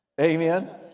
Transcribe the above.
Amen